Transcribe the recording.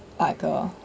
like a